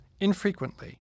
infrequently